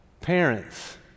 parents